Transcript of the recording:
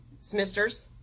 Smisters